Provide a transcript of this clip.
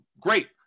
Great